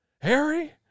Harry